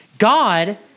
God